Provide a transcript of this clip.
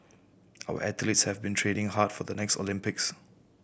our athletes have been training hard for the next Olympics